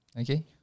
Okay